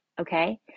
Okay